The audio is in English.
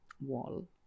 wall